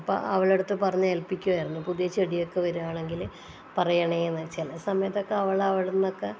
അപ്പം അവളുടെയടുത്ത് പറഞ്ഞു ഏൽപ്പിക്കുവായിരുന്നു പുതിയ ചെടിയൊക്കെ വരുകയാണെങ്കിൽ പറയണേ എന്ന് ചില സമയത്തൊക്കെ അവൾ അവിടെ നിന്നൊക്കെ